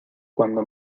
cuando